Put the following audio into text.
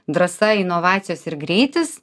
drąsa inovacijos ir greitis